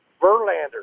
Verlander